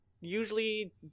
usually